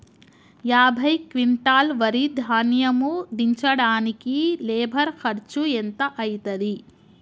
యాభై క్వింటాల్ వరి ధాన్యము దించడానికి లేబర్ ఖర్చు ఎంత అయితది?